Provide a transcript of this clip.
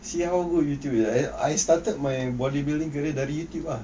see how good youtube eh I started my body building carrier dari youtube ah